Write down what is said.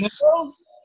girls